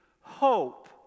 hope